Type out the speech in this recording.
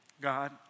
God